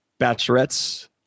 Bachelorettes